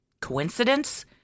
Coincidence